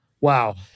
Wow